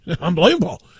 unbelievable